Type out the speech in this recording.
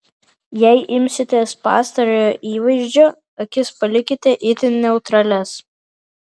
jei imsitės pastarojo įvaizdžio akis palikite itin neutralias